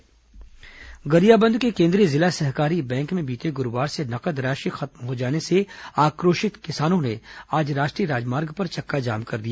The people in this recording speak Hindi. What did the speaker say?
किसान चक्काजाम गरियाबंद के केंद्रीय जिला सहकारी बैंक में बीते गुरूवार से नकद राशि खत्म हो जाने से आक्रोशित किसानों ने आज राष्ट्रीय राजमार्ग पर चक्काजाम कर दिया